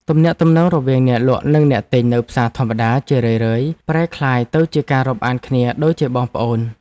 ទំនាក់ទំនងរវាងអ្នកលក់និងអ្នកទិញនៅផ្សារធម្មតាជារឿយៗប្រែក្លាយទៅជាការរាប់អានគ្នាដូចជាបងប្អូន។